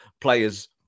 players